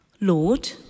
Lord